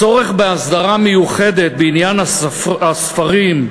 הצורף בהסדרה מיוחדת בעניין הספרים,